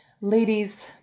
Ladies